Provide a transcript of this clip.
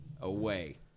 away